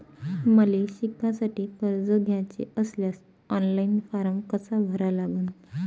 मले शिकासाठी कर्ज घ्याचे असल्यास ऑनलाईन फारम कसा भरा लागन?